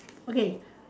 okay